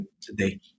today